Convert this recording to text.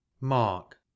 mark